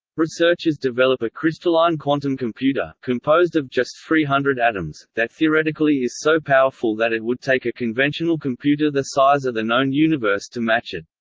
researchers develop a crystalline quantum computer, composed of just three hundred atoms, that theoretically is so powerful that it would take a conventional computer the size of the known universe to match it.